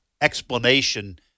explanation